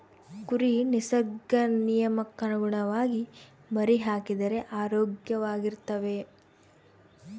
ಕುರಿ ನಿಸರ್ಗ ನಿಯಮಕ್ಕನುಗುಣವಾಗಿ ಮರಿಹಾಕಿದರೆ ಆರೋಗ್ಯವಾಗಿರ್ತವೆ